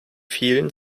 vielen